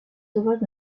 sauvages